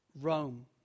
Rome